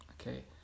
Okay